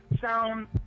sound